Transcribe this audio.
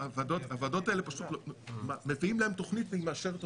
הוועדות האלה, מביאים להם תוכנית והיא מאשרת אותה,